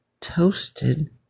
toasted